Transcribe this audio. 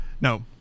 No